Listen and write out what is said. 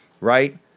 Right